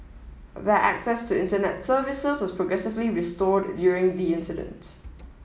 their access to Internet services was progressively restored during the incident